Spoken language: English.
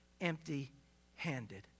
empty-handed